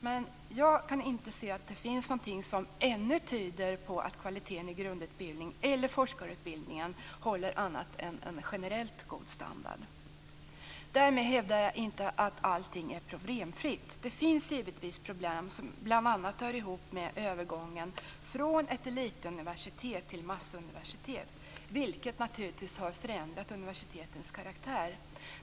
Men jag kan inte se att det ännu finns något som tyder på att kvaliteten i grundutbildningen eller forskarutbildningen håller annat än en generellt god standard. Därmed hävdar jag inte att allting är problemfritt. Det finns givetvis problem som bl.a. hör ihop med övergången från elituniversitet till massuniversitet, vilket naturligtvis har förändrat universitetens karaktär.